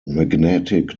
magnetic